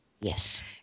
Yes